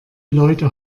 leute